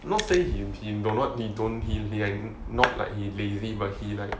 not say he he he don't what he he like not likely lazy but he like